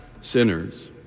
sinners